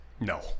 No